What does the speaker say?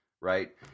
right